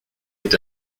est